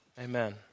Amen